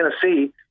Tennessee